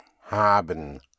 Haben